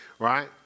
right